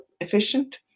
efficient